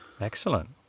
Excellent